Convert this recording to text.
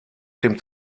dem